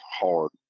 hard